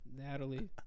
Natalie